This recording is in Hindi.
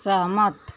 सहमत